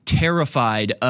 terrified